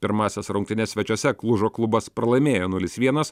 pirmąsias rungtynes svečiuose klužo klubas pralaimėjo nulis vienas